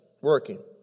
working